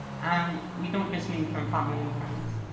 um we don't just mean from family and friends.